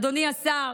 אדוני השר,